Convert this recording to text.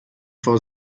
vor